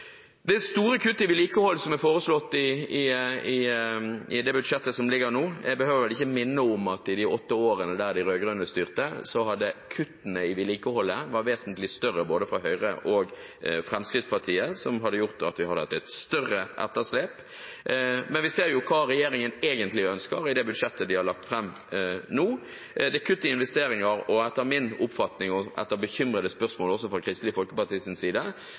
det store kuttet i vedlikehold som er foreslått i det budsjettet som nå foreligger: Jeg behøver vel ikke minne om at i de åtte årene de rød-grønne styrte, var kuttene i vedlikeholdet vesentlig større både fra Høyre og Fremskrittspartiet, og som hadde gjort at vi hadde hatt et større etterslep, men vi ser hva regjeringen egentlig ønsker i det budsjettet de har lagt fram nå, og det er kutt i investeringer. Etter min oppfatning er man også fra Kristelig Folkepartis side